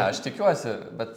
aš tikiuosi bet